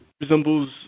resembles